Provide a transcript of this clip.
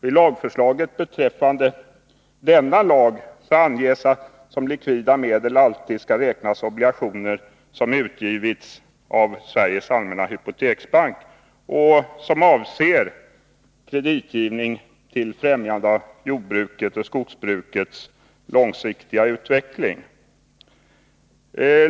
I förslaget beträffande denna lag anges att som likvida medel alltid skall räknas obligationer som utgivits av Sveriges allmänna hypoteksbank och som avser kreditgivning till främjande av jordbrukets och skogsbrukets långsiktiga utveckling.